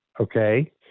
okay